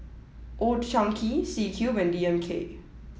old Chang Kee C Cube and D M K